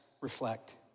reflect